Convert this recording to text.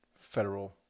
federal